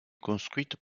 construites